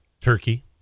Turkey